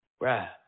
Right